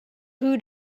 who